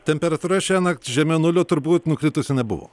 temperatūra šiąnakt žemiau nulio turbūt nukritusi nebuvo